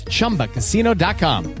ChumbaCasino.com